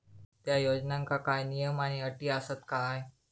त्या योजनांका काय नियम आणि अटी आसत काय?